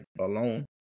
alone